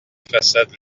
façades